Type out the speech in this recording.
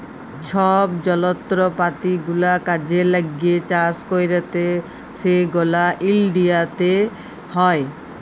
ছব যলত্রপাতি গুলা কাজে ল্যাগে চাষ ক্যইরতে সেগলা ইলডিয়াতে হ্যয়